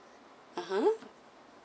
(uh huh)